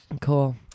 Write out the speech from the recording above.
Cool